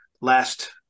last